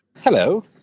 Hello